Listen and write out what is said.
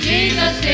Jesus